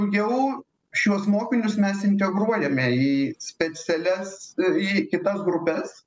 jau šiuos mokinius mes integruojame į specialias į kitas grupes